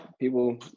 people